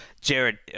jared